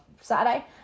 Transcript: Saturday